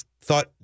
thought